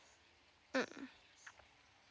mm